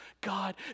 God